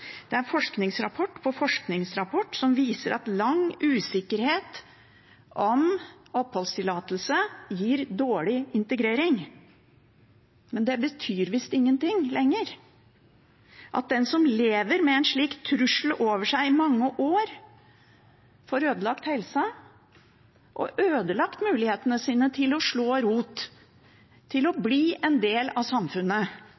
fornuftig ut. Forskningsrapport på forskningsrapport viser at lang usikkerhet om oppholdstillatelse gir dårlig integrering, men det betyr visst ingenting lenger at den som lever med en slik trussel over seg i mange år, får ødelagt helsa og mulighetene sine til å slå rot, til å